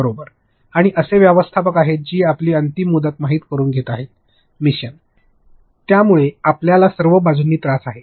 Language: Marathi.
बरोबर आणि असे व्यवस्थापक आहेत जे आपली अंतिम मुदत माहित करून घेत आहेत मिशन त्यामुळे आपल्याला सर्व बाजूंनी त्रास आहे